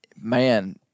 man